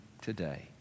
today